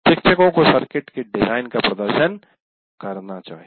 शिक्षक को एक सर्किट के डिजाइन का प्रदर्शन करना चाहिए